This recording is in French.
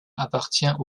appartient